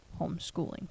homeschooling